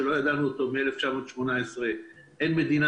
מצב שלא ידענו אותו מאז 1918. אין מדינה